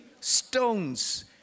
stones